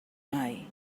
mai